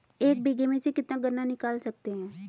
एक बीघे में से कितना गन्ना निकाल सकते हैं?